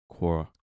Quora